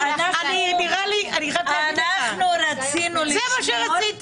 זה מה שרציתי.